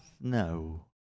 No